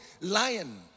lion